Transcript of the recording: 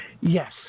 Yes